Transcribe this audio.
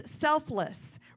selfless